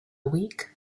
week